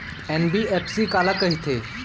NBFC काला कहिथे?